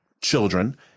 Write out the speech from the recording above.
children